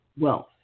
wealth